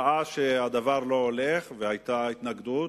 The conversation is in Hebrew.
ראה שהדבר לא הולך והיתה התנגדות,